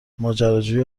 ماجراجویی